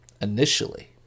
initially